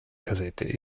kassette